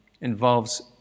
involves